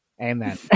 amen